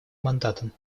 мандатом